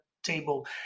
table